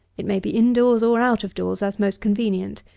it may be in-doors or out of doors, as most convenient.